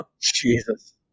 Jesus